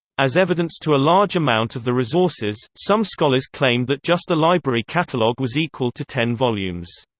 as evidence to a large amount of the resources, some scholars claimed that just the library catalogue was equal to ten volumes.